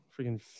freaking